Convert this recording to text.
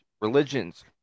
religions